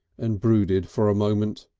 and brooded for a moment.